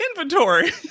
inventory